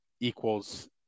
equals